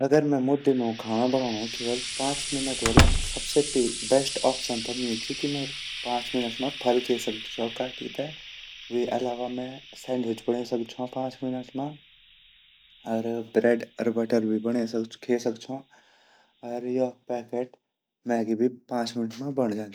अगर मेमू दिनों खांडो बडोड़ो केवल पाँच मिनट वोला ता सबसे बेस्ट ोप्यिओं ता मेरु ची कि मैं पॉँच मिनट मा फल खे सकदु छों कटी ते अर वेगा आलावा मैं सैंडविच बणे सकदु छो पाँच मिनट मा अर ब्रेड अर बटर भी खे सकदुछो अर योक पैकेट मैगी भी पाँच मिनट मा बण जांदी।